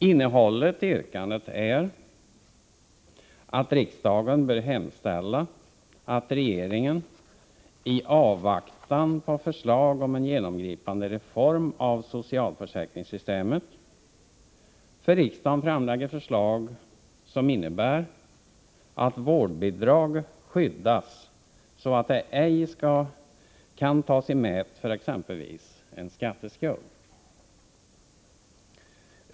Innehållet i yrkandet är att riksdagen bör hemställa att regeringen — i avvaktan på förslag om en genomgripande reform av socialförsäkringssystemet -— för riksdagen framlägger förslag som innebär att vårdbidrag skyddas så att det ej kan tas i mät för exempelvis en skatteskuld.